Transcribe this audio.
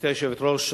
גברתי היושבת-ראש,